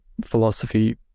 philosophy